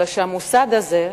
אלא שהמוסד הזה,